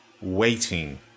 waiting